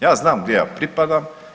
Ja znam gdje ja pripadam.